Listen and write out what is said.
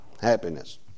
Happiness